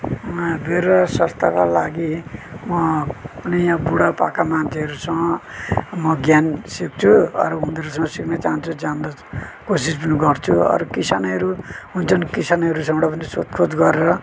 म मेरा स्वास्थ्यका लागि म पनि यहाँ बुढापाका मान्छेहरूसँग म ज्ञान सिक्छु अरू उनीहरूसँग सिक्न चाहन्छु जान्न कोसिस पनि गर्छु अरू किसानहरू पनि हुन्छन् किसानहरूसँग पनि सोधखोज गरेर